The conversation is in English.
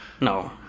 No